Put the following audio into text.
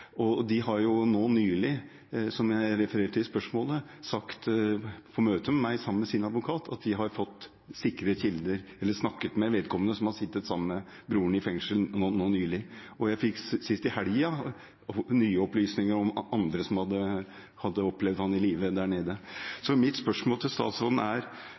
spørsmålet, sagt – på møte med meg, sammen med sin advokat – at de har fått sikre kilder, eller snakket med vedkommende som har sittet sammen med broren i fengsel nå nylig. Sist nå i helgen fikk jeg nye opplysninger om andre som hadde opplevd ham i live der nede. Så mitt spørsmål til statsråden er: Når vi får disse kildene, og det virker som om familien har gode holdepunkter for at dette er